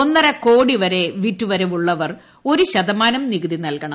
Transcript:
ഒന്നരകോടി വരെ വിറ്റു വരവുള്ളവർ ഒരു ശതമാനം നികുതി നൽകണം